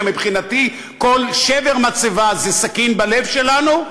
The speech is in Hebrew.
שמבחינתי כל שבר מצבה זה סכין בלב שלנו?